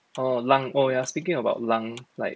uh 狼 oh ya speaking about 狼 like